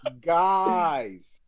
Guys